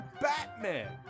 Batman